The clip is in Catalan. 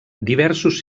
diversos